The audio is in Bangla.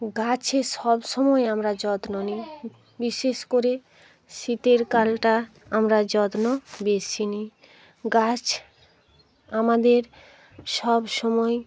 গাছের সব সময় আমরা যত্ন নিই বিশেষ করে শীতের কালটা আমরা যত্ন বেশি নিই গাছ আমাদের সব সময়